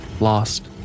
Lost